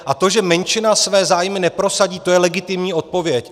A to, že menšina své zájmy neprosadí, to je legitimní odpověď.